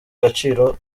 agaciro